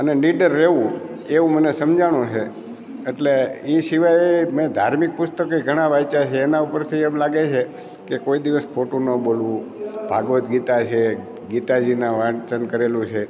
અને નીડર રેવું એવું મને સમઝાણું છે એટલે એ સિવાય મેં ધાર્મિક પુસ્તકેય ઘણા વાંચ્યા છે એના ઉપરથી એમ લાગે છે કે કોઈ દિવસ ખોટું ન બોલવું ભગવદ્ ગીતા છે ગીતાજીનું વાંચન કરેલું છે